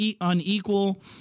unequal